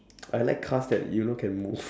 I like cars that you know can move